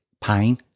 pain